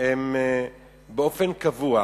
היא באופן קבוע.